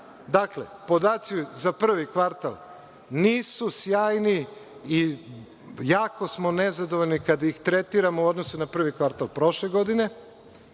da zna, podaci za prvi kvartal nisu sjajni i jako smo nezadovoljni kad ih tretiramo u odnosu na prvi kvartal prošle godine.